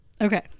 Okay